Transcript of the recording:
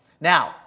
Now